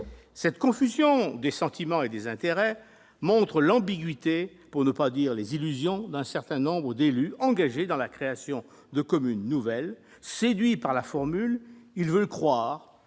Cette confusion des sentiments et des intérêts montre l'ambiguïté, pour ne pas dire les illusions, d'un certain nombre d'élus engagés dans la création de communes nouvelles. Séduits par la formule, ils veulent croire